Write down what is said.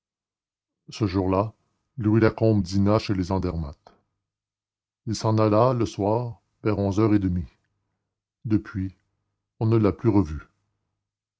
ce jour-là louis lacombe dîna chez les andermatt il s'en alla le soir vers onze heures et demie depuis on ne l'a plus revu